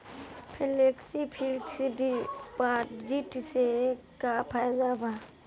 Flexi fix deposit से का फायदा भा?